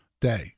day